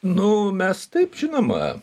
nu mes taip žinoma